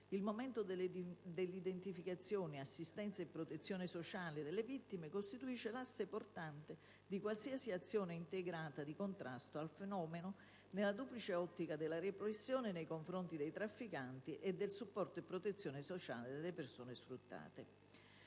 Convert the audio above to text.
il momento dell'identificazione, assistenza e protezione sociale delle stesse costituisce l'asse portante di qualsiasi azione integrata di contrasto al fenomeno nella duplice ottica della repressione nei confronti dei trafficanti e del supporto e protezione sociale delle persone sfruttate.